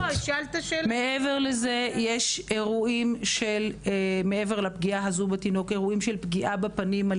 מעבר לזה יש אירועים של פגיעה בפנים של התינוק